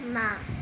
ନା